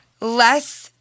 less